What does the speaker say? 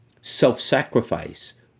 self-sacrifice